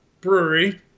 Brewery